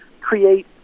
create